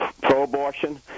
pro-abortion